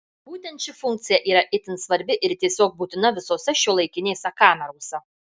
būtent ši funkcija yra itin svarbi ir tiesiog būtina visose šiuolaikinėse kamerose